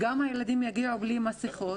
הילדים יגיעו בלי מסיכות,